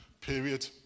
period